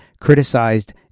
criticized